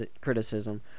criticism